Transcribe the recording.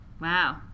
Wow